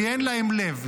כי אין להם לב,